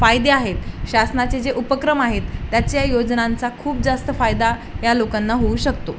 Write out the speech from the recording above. फायदे आहेत शासनाचे जे उपक्रम आहेत त्याच्या योजनांचा खूप जास्त फायदा या लोकांना होऊ शकतो